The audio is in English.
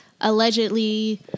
allegedly